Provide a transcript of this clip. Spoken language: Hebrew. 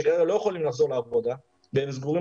שכנראה לא יכולים לחזור לעבודה והם סגורים